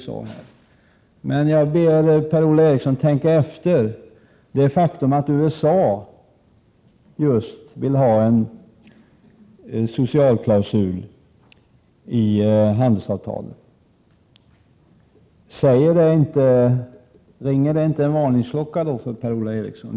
Jag vill be Per-Ola Eriksson att tänka efter: Gör inte det faktum att just USA vill ha en socialklausul i handelsavtalen att det ringer en varningsklocka för Per-Ola Eriksson?